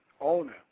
owner